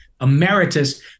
emeritus